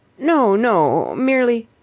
no, no, merely.